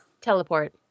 Teleport